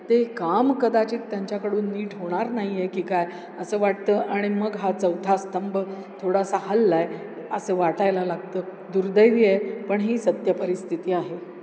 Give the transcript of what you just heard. ते काम कदाचित त्यांच्याकडून नीट होणार नाही आहे की काय असं वाटतं आणि मग हा चौथा स्तंभ थोडासा हलला आहे असं वाटायला लागतं दुर्दैवी आहे पण ही सत्य परिस्थिती आहे